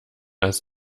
als